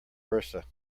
versa